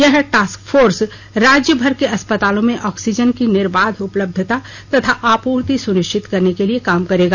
यह task force राज्यभर के अस्पतालों में ऑक्सीजन की निर्बाध उपलब्धता तथा आपूर्ति सुनिश्चित कराने के लिए काम करेगा